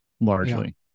largely